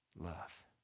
love